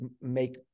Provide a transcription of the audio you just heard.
make